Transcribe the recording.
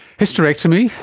hysterectomy,